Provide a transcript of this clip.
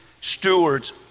Stewards